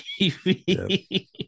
TV